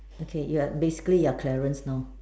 okay you're basically you're Clarence now